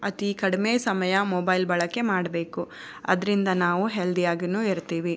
ಅತೀ ಕಡಿಮೆ ಸಮಯ ಮೊಬೈಲ್ ಬಳಕೆ ಮಾಡಬೇಕು ಅದರಿಂದ ನಾವು ಹೆಲ್ದಿ ಆಗಿಯೂ ಇರ್ತೀವಿ